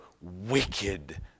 wicked